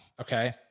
Okay